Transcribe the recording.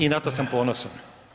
I na to sam ponosan.